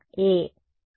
విద్యార్థి A